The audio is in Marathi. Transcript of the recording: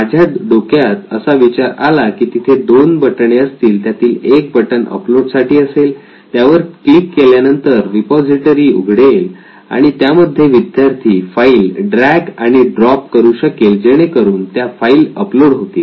माझ्या डोक्यात असा विचार आला की तिथे दोन बटणे असतील त्यातील एक बटन अपलोड साठी असेल त्यावर क्लिक केल्यानंतर रिपॉझिटरी उघडेल आणि त्यामध्ये विद्यार्थी फाइल्स ड्रॅग आणि ड्रॉप drag drop करू शकेल जेणेकरून त्या फाईल अपलोड होतील